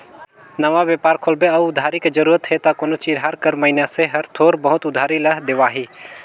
नवा बेपार खोलबे अउ उधारी के जरूरत हे त कोनो चिनहार कर मइनसे हर थोर बहुत उधारी ल देवाही